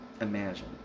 imagine